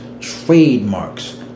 trademarks